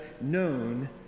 known